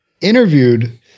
interviewed